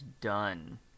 done